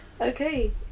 Okay